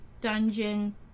dungeon